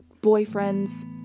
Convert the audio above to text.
boyfriend's